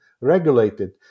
regulated